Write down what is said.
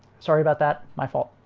sorry about that my fault